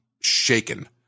shaken